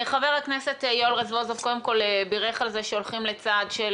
חבר הכנסת יואל רזבוזוב קודם כל בירך על זה שהולכים לצעד של